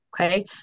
okay